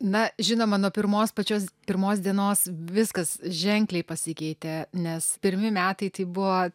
na žinoma nuo pirmos pačios pirmos dienos viskas ženkliai pasikeitė nes pirmi metai tai buvo